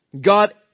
God